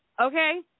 Okay